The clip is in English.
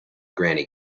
granny